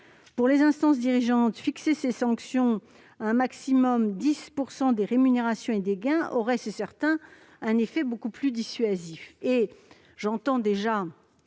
Pour les instances dirigeantes, fixer ces sanctions à 10 %, au maximum, des rémunérations et des gains aurait certainement un effet beaucoup plus persuasif.